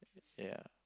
ya